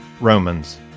Romans